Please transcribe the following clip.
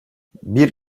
bir